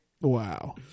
Wow